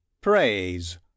praise